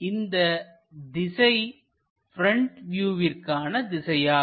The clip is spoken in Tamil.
இந்த திசை ப்ரெண்ட் வியூவிற்கான திசையாகும்